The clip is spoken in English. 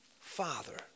Father